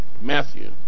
Matthew